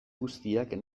guztiak